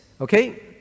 okay